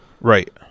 Right